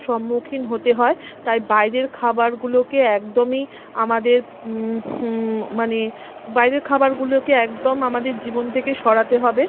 সম্মুখীন হতে হয় তাই বাইরের খাবারগুলোকে একদমই আমাদের মানে বাইরের খাবারগুলোকে একদম আমাদের জীবন থেকে সরাতে হবে